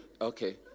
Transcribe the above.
Okay